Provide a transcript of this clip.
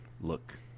look